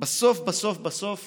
בסוף בסוף בסוף